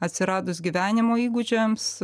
atsiradus gyvenimo įgūdžiams